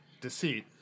Deceit